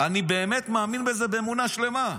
אני באמת מאמין בזה באמונה שלמה.